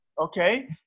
okay